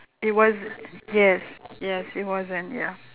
it was yes yes it wasn't ya